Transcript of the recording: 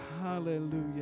Hallelujah